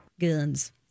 guns